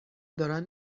دارن